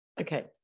Okay